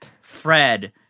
Fred